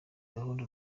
gahunda